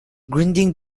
grinding